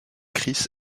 chris